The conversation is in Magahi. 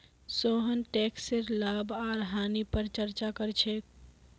सोहन टैकसेर लाभ आर हानि पर चर्चा कर छेक